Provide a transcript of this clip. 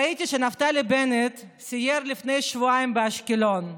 ראיתי שנפתלי בנט סייר לפני שבועיים באשקלון.